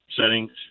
settings